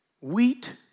wheat